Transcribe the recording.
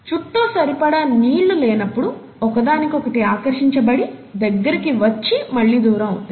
చుట్టూ సరిపడా నీళ్లు లేనప్పుడు ఒకదానికొకటి ఆకర్షించబడి దగ్గరికి వచ్చి మళ్ళి దూరం అవుతాయి